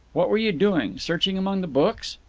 what were you doing searching among the books?